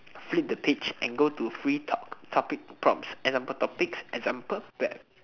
flip the page and go to free talk topic prompts example topics example par~